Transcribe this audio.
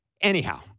anyhow